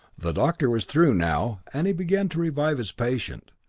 the doctor was through now, and he began to revive his patient.